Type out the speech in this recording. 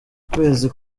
kwezi